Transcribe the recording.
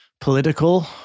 political